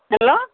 hello